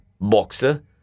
boxer